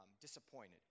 disappointed